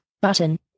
button